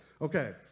Okay